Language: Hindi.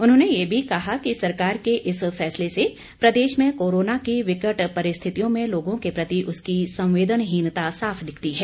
उन्होंने ये भी कहा कि सरकार के इस फैसले से प्रदेश में कोरोना की विकट परिस्थितियों में लोगों के प्रति उसकी संवेदनहीनता साफ दिखती है